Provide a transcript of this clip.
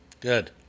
Good